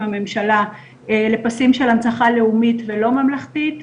הממשלה לפסים של הנצחה לאומית ולא ממלכתית,